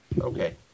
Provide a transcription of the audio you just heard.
Okay